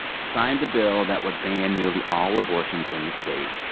signed a bill that would ban nearly all abortions in the state.